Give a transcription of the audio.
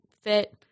fit